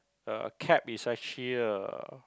uh cap is actually uh